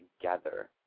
together